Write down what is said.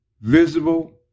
visible